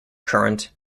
current